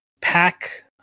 pack